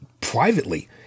Privately